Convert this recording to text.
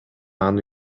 аны